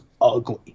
ugly